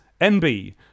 nb